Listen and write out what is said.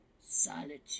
solitude